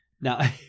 Now